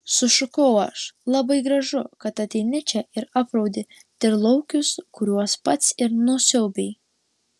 sušukau aš labai gražu kad ateini čia ir apraudi tyrlaukius kuriuos pats ir nusiaubei